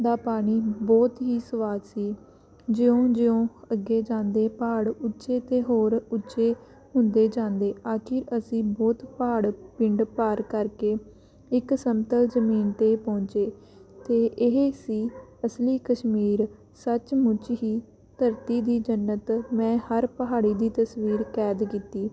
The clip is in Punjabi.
ਦਾ ਪਾਣੀ ਬਹੁਤ ਹੀ ਸਵਾਦ ਸੀ ਜਿਉਂ ਜਿਉਂ ਅੱਗੇ ਜਾਂਦੇ ਪਹਾੜ ਉੱਚੇ ਤੋਂ ਹੋਰ ਉੱਚੇ ਹੁੰਦੇ ਜਾਂਦੇ ਆਖਰ ਅਸੀਂ ਬਹੁਤ ਪਹਾੜ ਪਿੰਡ ਪਾਰ ਕਰਕੇ ਇੱਕ ਸਮਤਲ ਜ਼ਮੀਨ 'ਤੇ ਪਹੁੰਚੇ ਅਤੇ ਇਹ ਸੀ ਅਸਲੀ ਕਸ਼ਮੀਰ ਸੱਚਮੁੱਚ ਹੀ ਧਰਤੀ ਦੀ ਜੰਨਤ ਮੈਂ ਹਰ ਪਹਾੜੀ ਦੀ ਤਸਵੀਰ ਕੈਦ ਕੀਤੀ